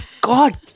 God